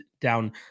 down